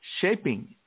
Shaping